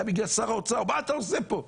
היה מגיע שר האוצר מה אתה עושה פה?